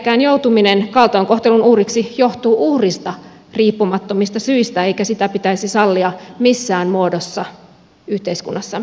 iäkkään joutuminen kaltoinkohtelun uhriksi johtuu uhrista riippumattomista syistä eikä sitä pitäisi sallia missään muodossa yhteiskunnassamme